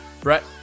Brett